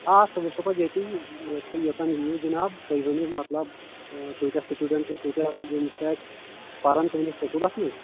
آ سُہ وُچھو پَتہٕ ییٚتی ییٚلہِ تُہۍ ییٚتیٚن یِیِو جِناب تُہۍ ؤنِو مطلب کۭتیٛاہ سٔٹوٗڈَنٹہٕ کۭتیٛاہ یِم چھِ اَتہِ پَران تُہُنٛدِس سکوٗلَسٕے